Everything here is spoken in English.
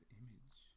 image